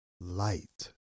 light